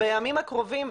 בימים הקרובים,